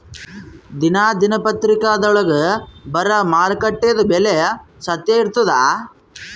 ದಿನಾ ದಿನಪತ್ರಿಕಾದೊಳಾಗ ಬರಾ ಮಾರುಕಟ್ಟೆದು ಬೆಲೆ ಸತ್ಯ ಇರ್ತಾದಾ?